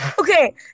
Okay